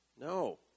No